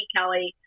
Kelly